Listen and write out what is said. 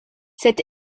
cet